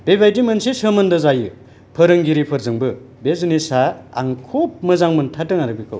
बेबायदि मोनसे सोमोन्दो जायो फोरोंगिरिफोरजोंबो बे जिनिसा आं खुब मोजां मोनथारदों आरो बेखौ